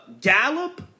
Gallup